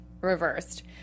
reversed